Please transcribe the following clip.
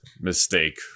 mistake